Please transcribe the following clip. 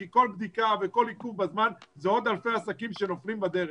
כי כל בדיקה וכל עיכוב בזמן זה עוד אלפי עסקים שנופלים בדרך.